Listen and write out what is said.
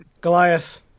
Goliath